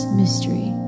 mystery